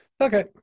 okay